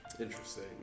Interesting